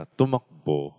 tumakbo